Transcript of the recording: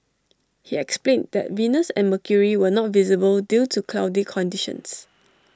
he explained that Venus and mercury were not visible due to cloudy conditions